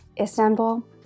Istanbul